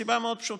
הסיבה מאוד פשוטה.